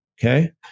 Okay